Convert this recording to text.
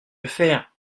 faire